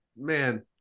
man